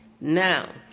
Now